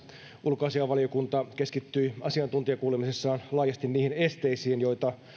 ulkoasiainvaliokunta keskittyi asiantuntijakuulemisissaan laajasti niihin esteisiin joita